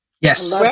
Yes